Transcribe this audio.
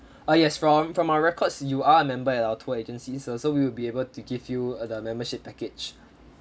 ah yes from from our records you are member at our tour agency sir so we will be able to give you the membership package